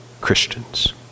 Christians